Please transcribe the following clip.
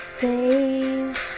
days